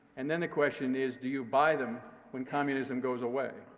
and then the question is, do you buy them when communism goes away?